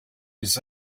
les